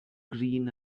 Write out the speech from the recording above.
green